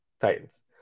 Titans